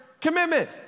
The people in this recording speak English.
commitment